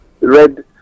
red